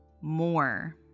More